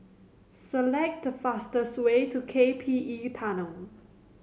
select the fastest way to K P E Tunnel